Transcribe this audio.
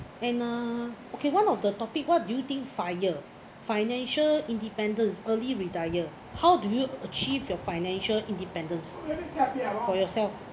and uh okay one of the topic what do you think FIRE financial independence early retire how do you achieve your financial independence for yourself